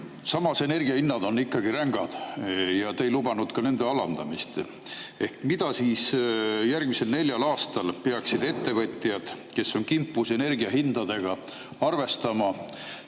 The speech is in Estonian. Samas on energiahinnad ikkagi rängad ja te ei lubanud ka nende alandamist. Millega siis järgmisel neljal aastal peaksid ettevõtjad, kes on kimpus energiahindadega, arvestama?